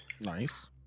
Nice